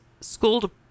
school